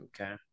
Okay